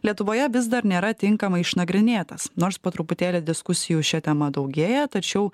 lietuvoje vis dar nėra tinkamai išnagrinėtas nors po truputėlį diskusijų šia tema daugėja tačiau